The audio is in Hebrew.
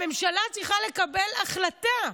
הממשלה צריכה לקבל החלטה: